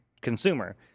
consumer